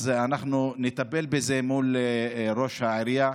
אז אנחנו נטפל בזה מול ראש העירייה,